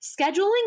scheduling